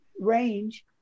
range